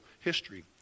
history